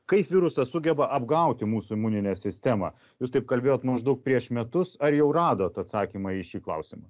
kaip virusas sugeba apgauti mūsų imuninę sistemą jūs taip kalbėjot maždaug prieš metus ar jau radot atsakymą į šį klausimą